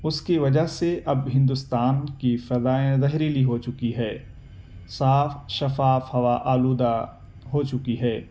اس کی وجہ سے اب ہندوستان کی فضائیں زہریلی ہوچکی ہے صاف شفاف ہوا آلودہ ہوچکی ہے